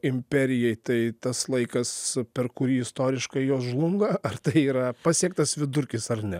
imperijai tai tas laikas per kurį istoriškai jos žlunga ar tai yra pasiektas vidurkis ar ne